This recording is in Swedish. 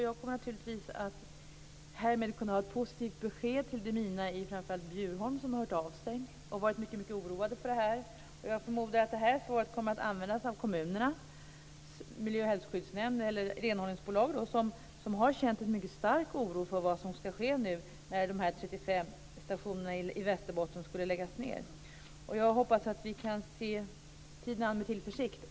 Jag kommer härmed att ha ett positivt besked till de mina i framför allt Bjurholm som har hört av sig och varit mycket oroade över det här. Jag förmodar att det här svaret kommer att användas av kommunernas miljö och hälsoskyddsnämnder eller renhållningsbolag, som har känt en mycket stark oro för vad som skulle ske när de 35 stationerna i Västerbotten skulle läggas ned. Jag hoppas att vi kan se tiden an med tillförsikt.